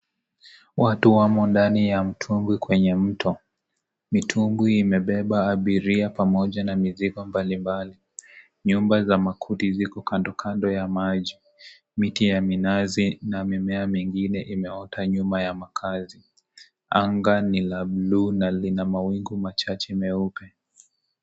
Watu wamo ndani ya mtungwi kwenye mto, mitungwi imebeba abiria pamoja na mizigo mbalimbali, nyumba za makuti ziko kando kando ya maji, miti ya minazi na mimea mingine imeota nyuma ya makazi anga ni la buluu na lina mawingu machache meupe.